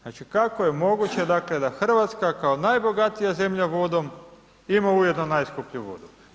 Znači kako je moguće dakle da Hrvatska kao najbogatija zemlja vodom ima ujedno najskuplju vodu?